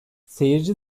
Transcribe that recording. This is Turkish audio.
seyirci